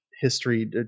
history